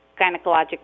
gynecologic